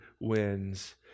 wins